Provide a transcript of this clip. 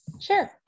Sure